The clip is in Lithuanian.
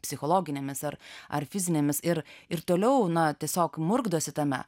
psichologinėmis ar ar fizinėmis ir ir toliau na tiesiog murkdosi tame